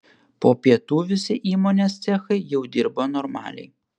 po pietų visi įmonės cechai jau dirbo normaliai